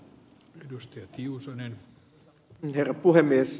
arvoisa herra puhemies